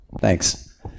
Thanks